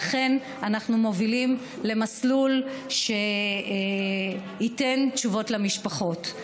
ואכן, אנחנו מובילים למסלול שייתן תשובות למשפחות.